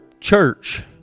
church